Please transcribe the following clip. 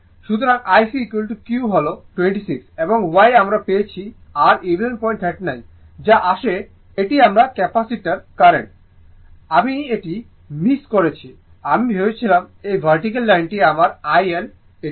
সুতরাং IC q হল 26 এবং yআমরা পেয়েছি r 1139 যা আসে এটি আমার ক্যাপাসিটার কারেন্ট I আমি এটি মিস করেছি আমি ভেবেছিলাম এই ভার্টিকাল লাইনটি আমার I L এটি 4329